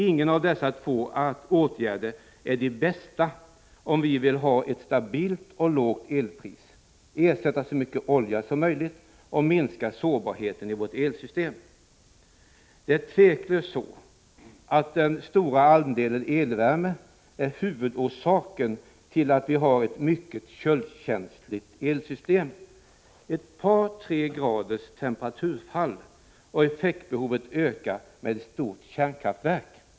Ingen av dessa två åtgärder är den bästa, om vi vill ha ett stabilt lågt elpris, ersätta så mycket olja som möjligt och minska sårbarheten i vårt elsystem. Det är otvivelaktigt den stora andelen elvärme som är huvudorsaken till att vi har ett mycket köldkänsligt elsystem. Ett par tre graders temperaturfall och effektbehovet ökar motsvarande ett stort kärnkraftverk.